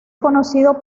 conocido